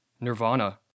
nirvana